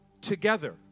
together